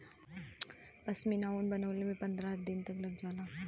पश्मीना ऊन बनवले में पनरह दिन तक लग जाला